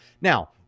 Now